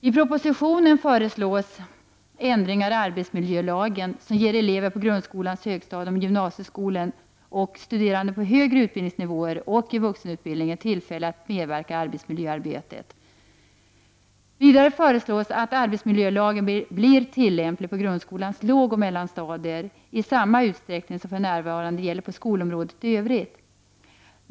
I propositionen föreslås ändringar i arbetsmiljölagen som ger elever på grundskolans högstadium, gymnasieskolan och studerande på högre utbildningsnivåer och i vuxenutbildningen tillfälle att medverka i arbetsmiljöarbetet. Vidare föreslås att arbetsmiljölagen blir tillämplig på grundskolans lågoch mellanstadier i samma utsträckning som för närvarande gäller på skolområdet i övrigt.